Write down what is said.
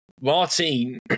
Martin